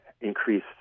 increase